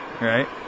right